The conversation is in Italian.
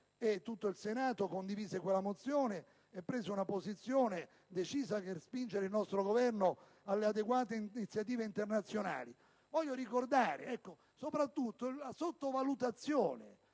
Tutto il Senato condivise quella mozione e prese una posizione decisa per spingere il nostro Governo alle adeguate iniziative internazionali. Voglio ricordare soprattutto la sottovalutazione,